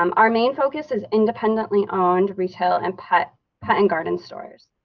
um our main focus is independently owned retail and pet pet and garden stores,